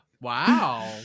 Wow